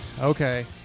Okay